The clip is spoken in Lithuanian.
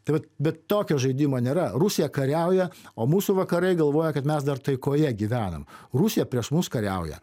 tai vat bet tokio žaidimo nėra rusija kariauja o mūsų vakarai galvoja kad mes dar taikoje gyvenam rusija prieš mus kariauja